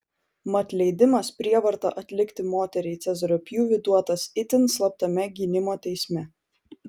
mat leidimas prievarta atlikti moteriai cezario pjūvį duotas itin slaptame gynimo teisme